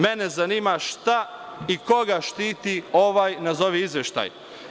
Mene zanima šta i koga štiti ovaj, nazovi, izveštaj?